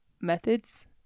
methods